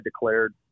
declared